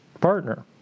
partner